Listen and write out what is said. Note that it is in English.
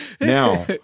Now